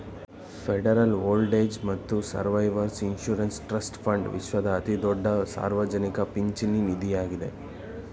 federal old age ಮತ್ತು survivors insurance trust fund ವಿಶ್ವದ ಅತಿದೊಡ್ಡ ಸಾರ್ವಜನಿಕ ಪಿಂಚಣಿ ನಿಧಿಯಾಗಿದ್ದೆ